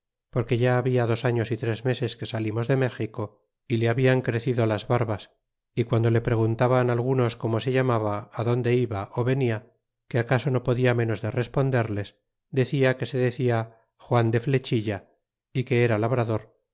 porque ya habla dos años y tres meses que salimos de méxico y le hablan crecido las barbas y guando le preguntaban algunos cómo se llamaba donde iba ó venia que acaso no podia ménos de responderles decia que se decia juan de flechilla é que era labrador